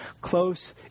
close